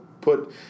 Put